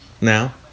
Now